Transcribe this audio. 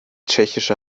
tschechische